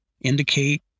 indicate